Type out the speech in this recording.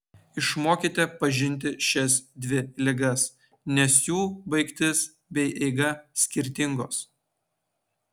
išmokite pažinti šias dvi ligas nes jų baigtis bei eiga skirtingos